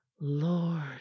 lord